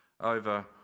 over